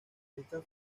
estas